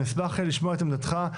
אני אשמח לשמוע את עמדתך,